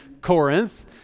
Corinth